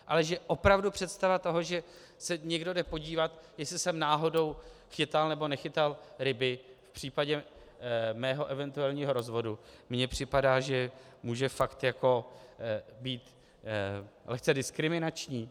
Ale že opravdu představa toho, že se někdo jde podívat, jestli jsem náhodou chytal nebo nechytal ryby, v případě mého eventuálního rozvodu mi připadá, že může být fakt jako lehce diskriminační.